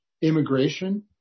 immigration